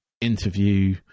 interview